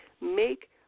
make